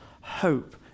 Hope